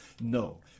no